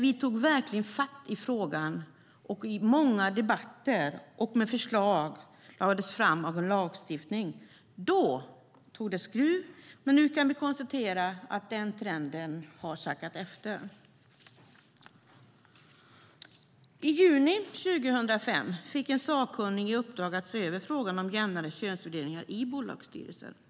Vi tog verkligen tag i frågan i många debatter, och förslag lades fram om lagstiftning. Då tog det skruv. Men nu kan vi konstatera att det sackat när det gäller den trenden. I juni 2005 fick en sakkunnig i uppdrag att se över frågan om en jämnare könsfördelning i bolagsstyrelser.